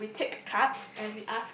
take cards and we ask